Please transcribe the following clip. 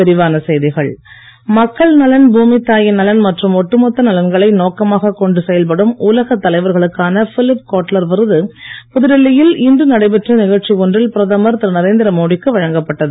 விருது மக்கள் நலன் பூமித்தாயின் நலன் மற்றும் ஒட்டுமொத்த நலன்களை நோக்கமாக கொண்டு செயல்படும் உலகத் தலைவர்களுக்கான பிலிப் கோட்லர் விருது புதுடெல்லியில் இன்று நடைபெற்ற நிகழ்ச்சி ஒன்றில் பிரதமர் திரு நரேந்திரமோடிக்கு வழங்கப்பட்டது